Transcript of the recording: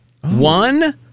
One